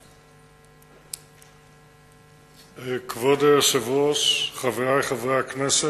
1 3. כבוד היושב-ראש, חברי חברי הכנסת,